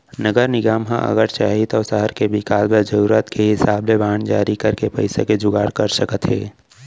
नगर निगम ह अगर चाही तौ सहर के बिकास बर जरूरत के हिसाब ले बांड जारी करके पइसा के जुगाड़ कर सकत हे